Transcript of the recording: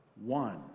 one